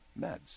meds